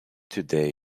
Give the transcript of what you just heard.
today